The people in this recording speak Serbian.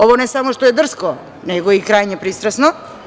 Ovo ne samo što je drsko, nego je i krajnje pristrasno.